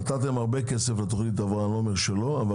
נתתם הרבה כסף לתוכנית הבראה ואני לא אומר שלא אבל